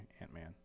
Ant-Man